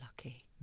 lucky